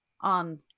on